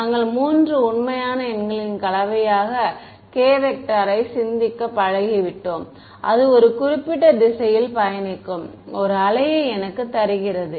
நாங்கள் மூன்று உண்மையான எண்களின் கலவையாக k ஐ சிந்திக்கப் பழகிவிட்டோம் அது ஒரு குறிப்பிட்ட திசையில் பயணிக்கும் ஒரு அலையை எனக்குத் தருகிறது